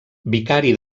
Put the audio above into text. vicari